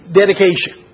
dedication